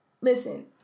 Listen